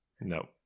No